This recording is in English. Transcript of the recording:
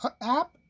App